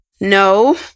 No